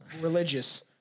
religious